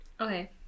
Okay